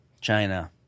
China